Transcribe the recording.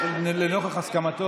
מסכים.